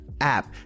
app